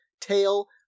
tail